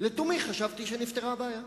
לתומי חשבתי שנפתרה הבעיה.